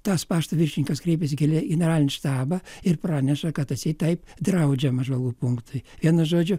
tas pašto viršininkas kreipėsi į generalinį štabą ir praneša kad atseit taip draudžiama žvalgų punktui vienu žodžiu